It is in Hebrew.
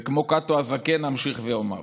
וכמו קאטו הזקן אמשיך ואומר: